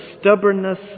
stubbornness